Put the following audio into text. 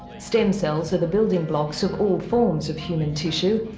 stem cells are the building blocks of all forms of human tissue.